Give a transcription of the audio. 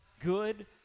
good